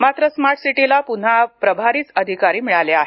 मात्र स्मार्ट सिटीला पुन्हा प्रभारीच अधिकारी मिळाले आहेत